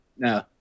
No